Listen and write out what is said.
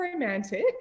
romantic